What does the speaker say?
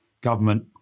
government